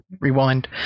rewind